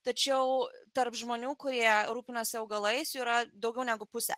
tačiau tarp žmonių kurie rūpinasi augalais yra daugiau negu pusę